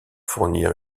fournir